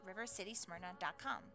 rivercitysmyrna.com